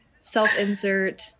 self-insert